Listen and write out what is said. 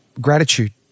gratitude